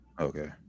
Okay